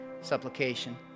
supplication